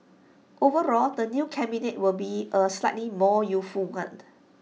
overall the new cabinet will be A slightly more youthful one